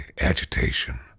agitation